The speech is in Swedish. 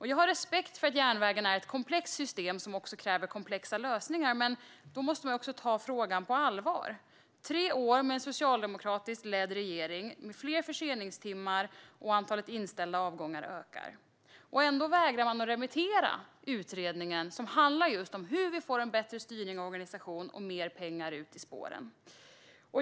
Jag har respekt för att järnvägen är ett komplext system som kräver komplexa lösningar, men då måste man också ta frågan på allvar. Vi har haft tre år med en socialdemokratiskt ledd regering och fler förseningstimmar. Antalet inställda avgångar ökar. Ändå vägrar man remittera utredningen, som just handlar om hur vi får en bättre styrning och organisation och mer pengar ut i spåren.